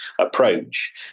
approach